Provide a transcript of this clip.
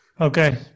Okay